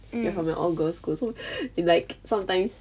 you're from a all girls school so then like sometimes